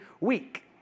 week